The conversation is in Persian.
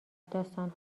داستان